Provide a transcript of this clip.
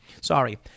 Sorry